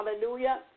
Hallelujah